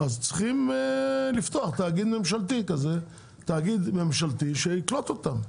צריך לפתוח תאגיד ממשלתי שיקלוט אותם.